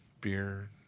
beer